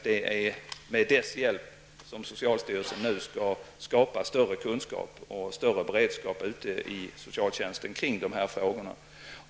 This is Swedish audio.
Det är med dess hjälp som socialstyrelsen nu skall skapa större kunskap och större beredskap ute i socialtjänsten kring de här frågorna.